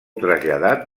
traslladat